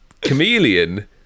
Chameleon